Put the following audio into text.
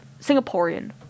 Singaporean